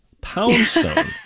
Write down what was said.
Poundstone